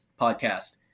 podcast